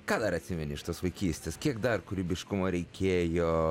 ką dar atsimeni iš tos vaikystės kiek dar kūrybiškumo reikėjo